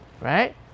right